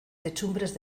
techumbres